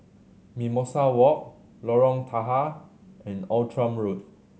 Mimosa Walk Lorong Tahar and Outram Road